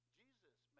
jesus